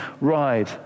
ride